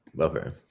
Okay